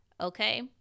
okay